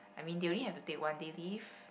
I mean they only have to take one day leave